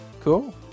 Cool